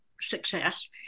success